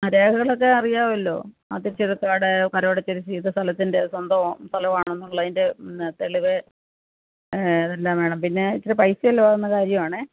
ആ രേഖകളൊക്കെ അറിയാവല്ലോ അത് ഇച്ചിരി പാടെ കരം അടച്ച രസീത് സ്ഥലത്തിൻ്റെ സ്വന്തം ഓ സ്ഥലമാണെന്നുള്ളതിൻ്റെ തെളിവ് ഏതെല്ലാം വേണം പിന്നെ ഇച്ചിരി പൈസ ചിലവാകുന്ന കാര്യമാണ്